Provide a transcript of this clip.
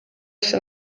się